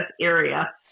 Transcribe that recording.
area